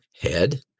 head